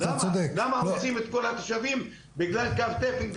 למה הורסים את כל התושבים בגלל קו תפן?